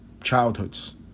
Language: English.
childhoods